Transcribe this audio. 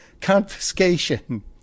confiscation